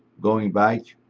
going back,